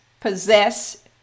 possess